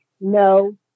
no